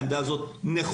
חושבים שהעמדה הזאת נכונה.